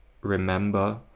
remember